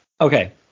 Okay